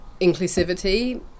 inclusivity